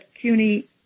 CUNY